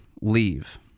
leave